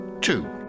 Two